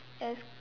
yes